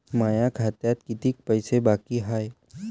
माया खात्यात कितीक पैसे बाकी हाय?